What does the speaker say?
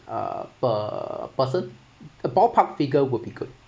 uh per person a ballpark figure would be good